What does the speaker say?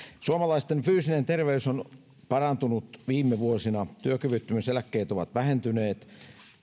suomalaisten fyysinen terveys on parantunut viime vuosina työkyvyttömyyseläkkeet ovat vähentyneet